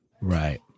Right